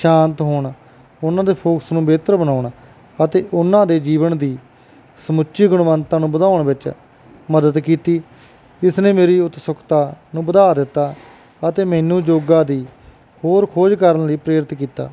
ਸ਼ਾਂਤ ਹੋਣ ਉਹਨਾਂ ਦੇ ਫੋਕਸ ਨੂੰ ਬਿਹਤਰ ਬਣਾਉਣ ਅਤੇ ਉਹਨਾਂ ਦੇ ਜੀਵਨ ਦੀ ਸਮੁੱਚੀ ਗੁਣਵੱਤਾ ਨੂੰ ਵਧਾਉਣ ਵਿੱਚ ਮਦਦ ਕੀਤੀ ਇਸ ਨੇ ਮੇਰੀ ਉਤਸੁਕਤਾ ਨੂੰ ਵਧਾ ਦਿੱਤਾ ਅਤੇ ਮੈਨੂੰ ਯੋਗਾ ਦੀ ਹੋਰ ਖੋਜ ਕਰਨ ਲਈ ਪ੍ਰੇਰਿਤ ਕੀਤਾ